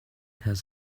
has